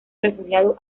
refugiado